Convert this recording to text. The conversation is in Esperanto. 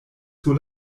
sur